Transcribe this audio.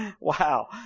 Wow